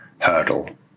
hurdle